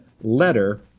letter